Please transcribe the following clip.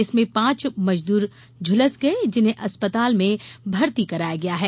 इसमें पांच मजदूरों झुलस गये है जिन्हें अस्पताल में भर्ती कराया गया है